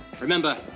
remember